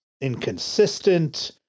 inconsistent